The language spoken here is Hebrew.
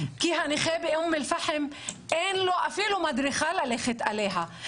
כי לנכה באום אל-פחם אין אפילו מדרכה ללכת עליה,